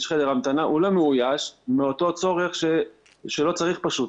הוא לא מאויש מאותה סיבה שלא צריך פשוט.